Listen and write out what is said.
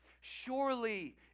surely